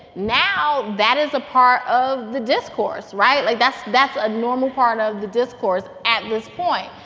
now that is a part of the discourse, right? like, that's that's a normal part of the discourse at this point.